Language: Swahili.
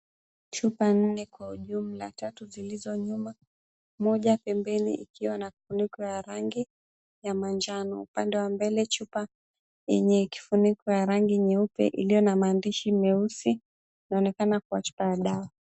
Chupa nne kwa ujumla, tatu zilizo nyuma, moja pembeni ikiwa na kifuniko ya rangi ya manjano, upande wa mbele chupa yenye kifuniko ya rangi nyeupe iliyo na maandishi meusi inaonekana kwa chupa ya dawa.